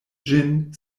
ĝin